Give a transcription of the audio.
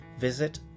visit